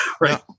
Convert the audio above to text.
Right